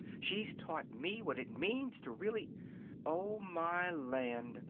she's taught me what it means to really oh, my land!